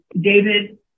David